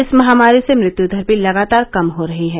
इस महामारी से मृत्यू दर भी लगातार कम हो रही है